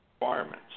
requirements